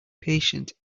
patient